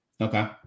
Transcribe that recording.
Okay